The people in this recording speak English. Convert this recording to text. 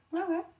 okay